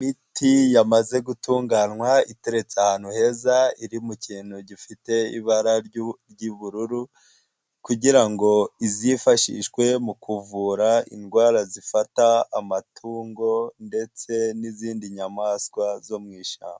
Imiti yamaze gutunganywa iteretse ahantu heza iri mu kintu gifite ibara ry'ubururu, kugira ngo izifashishwe mu kuvura indwara zifata amatungo ndetse n'izindi nyamaswa zo mu ishyamba.